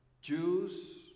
Jews